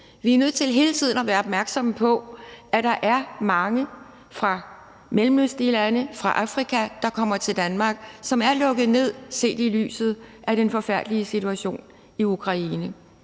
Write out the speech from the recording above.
Vi er nødt til hele tiden at være opmærksomme på, at der er mange fra mellemøstlige lande, fra Afrika, der kommer til Danmark, og at der er lukket ned for det set i lyset af den forfærdelige situation i Ukraine.